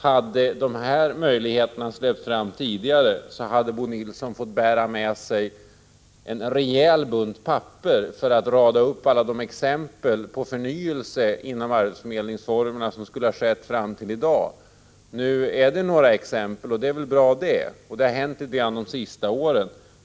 Hade de möjligheterna till förändringar givits tidigare, skulle Bo Nilsson ha fått bära med sig en rejäl bunt papper för att kunna rada upp alla exempel på den förnyelse inom arbetsförmedlingsformerna som skulle ha skett fram till i dag. Nu finns det i alla fall några exempel, och det är bra. Det är exempel på förändringar som skett under de senaste åren.